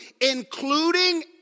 including